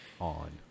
on